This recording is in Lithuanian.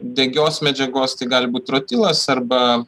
degios medžiagos tai gali būt trotilas arba